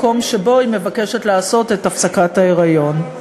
מקום שבו היא מבקשת לעשות את הפסקת ההיריון.